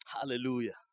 Hallelujah